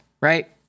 Right